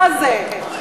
מה זה?